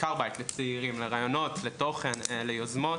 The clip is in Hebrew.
בעיקר בית לצעירים, לרעיונות, לתוכן, ליוזמות.